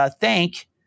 Thank